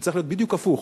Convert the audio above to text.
וצריך להיות בדיוק הפוך.